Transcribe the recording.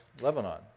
Lebanon